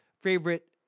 favorite